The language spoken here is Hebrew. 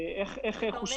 יש